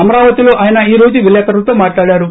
అమరావతిలో ఆయన ఈ రోజు విలేకర్లతో మాట్లాడారు